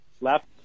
left